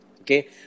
Okay